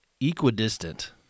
equidistant